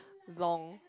long